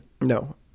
No